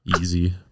Easy